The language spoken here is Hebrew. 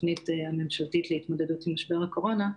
התוכנית הממשלתית להתמודדות עם הקורונה.